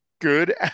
good